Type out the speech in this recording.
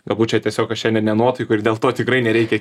galbūt čia tiesiog aš šiandien ne nuotaikoj ir dėl to tikrai nereikia